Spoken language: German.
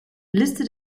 liste